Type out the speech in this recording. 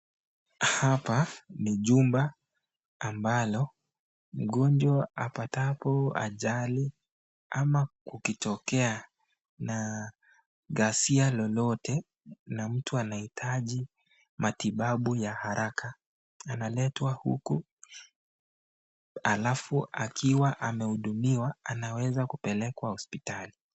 Hapa ni jumba ambalo mgonjwa apatapo ajali ama kukitokea na ghasia lolote na mtu anahitaji matibabu ya haraka, analetwa huku halafu akiwa amehudumiwa, anaweza kupelekwa hosiptali.